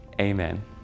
amen